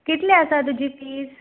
कितले आसा तुजी फिज